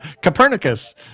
Copernicus